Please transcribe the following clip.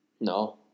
No